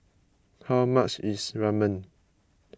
how much is Ramen